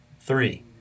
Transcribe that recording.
three